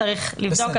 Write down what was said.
צריך לבדוק.